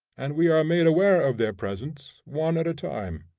and we are made aware of their presence one at a time.